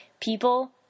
people